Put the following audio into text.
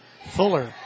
Fuller